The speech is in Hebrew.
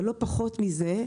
אבל לא פחות מזה,